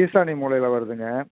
ஈசானி மூலையில வருதுங்க